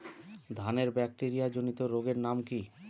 ধানের ব্যাকটেরিয়া জনিত রোগের নাম কি?